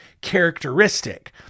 characteristic